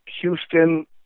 Houston